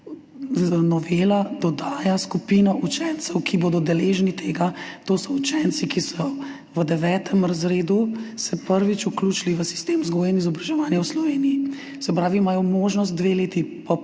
novela dodaja skupino učencev, ki bodo deležni tega. To so učenci, ki so se v 9. razredu prvič vključili v sistem vzgoje in izobraževanja v Sloveniji. Se pravi, imajo možnost dve leti,